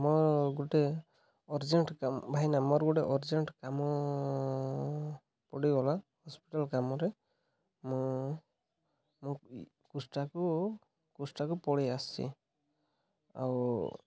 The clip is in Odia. ମୋର ଗୋଟେ ଅର୍ଜେଣ୍ଟ୍ କାମ ଭାଇନା ମୋର ଗୋଟେ ଅର୍ଜେଣ୍ଟ୍ କାମ ପଡ଼ିଗଲା ହସ୍ପିଟାଲ୍ କାମରେ ମୁଁ ମୁଁ କୁଷ୍ଠାକୁ କୁଷ୍ଠାକୁ ପଳେଇ ଆସିଛି ଆଉ